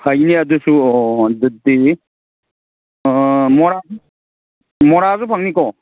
ꯐꯩꯅꯦ ꯑꯗꯨꯁꯨ ꯑꯗꯨꯗꯤ ꯃꯣꯔꯥꯗꯤ ꯃꯣꯔꯥꯁꯨ ꯐꯪꯅꯤꯀꯣ